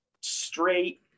straight